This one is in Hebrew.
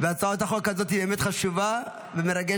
והצעת החוק הזאת באמת חשובה ומרגשת,